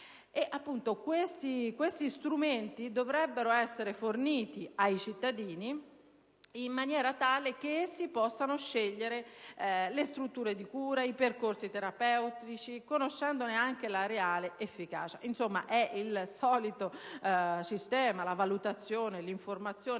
Questi strumenti dovrebbero essere forniti ai cittadini in maniera tale che essi possano scegliere le strutture di cura ed i percorsi terapeutici, conoscendone anche la reale efficacia. Insomma, è il solito sistema di valutazione, di informazione